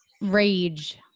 Rage